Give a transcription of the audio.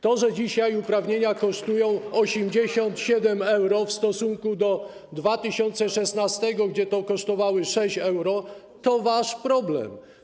To, że dzisiaj uprawnienia kosztują 87 euro w stosunku do 2016 r., kiedy kosztowały 6 euro, to wasz problem.